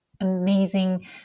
Amazing